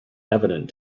evident